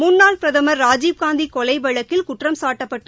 முன்னாள் பிரதமர் ராஜீவ்காந்தி கொலை வழக்கில் குற்றம் சாட்டப்பட்டு